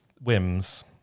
whims